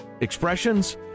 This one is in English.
expressions